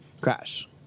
Crash